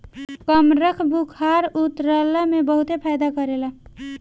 कमरख बुखार उतरला में बहुते फायदा करेला